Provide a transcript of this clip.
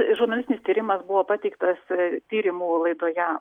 žurnalistinis tyrimas buvo pateiktas tyrimų laidoje